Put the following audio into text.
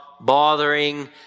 bothering